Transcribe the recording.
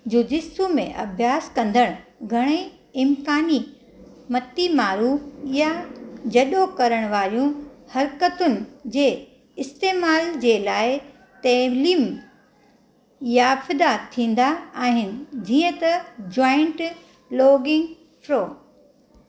jujitsu में अभ्यास कंदड़ घणेई इमकानी मौतिमारु या जॾो करण वारियूं हरकतुनि जे इस्तेमालु जे लाइ तालीम याफ़दा थींदा आहिनि जीअं त जॉइंट लॉगिंग थ्रो